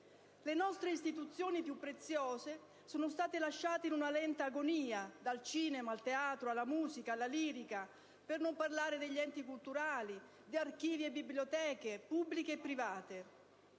Le nostre istituzioni più preziose sono state lasciate in una lenta agonia, dal cinema al teatro, alla musica, alla lirica, per non parlare degli enti culturali, di archivi e biblioteche pubbliche e private.